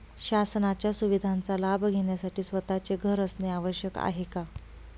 शासनाच्या सुविधांचा लाभ घेण्यासाठी स्वतःचे घर असणे आवश्यक आहे का?